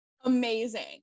amazing